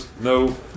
no